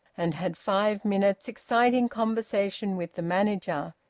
and had five minutes' exciting conversation with the manager.